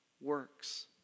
works